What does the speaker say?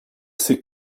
c’est